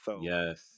Yes